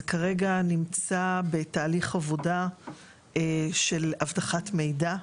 זה כרגע נמצא בתהליך עבודה של אבטחת מידע,